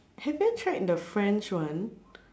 have you tried the French one